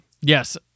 Yes